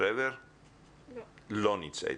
לא נמצא.